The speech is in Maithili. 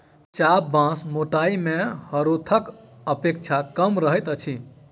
चाभ बाँस मोटाइ मे हरोथक अपेक्षा कम रहैत अछि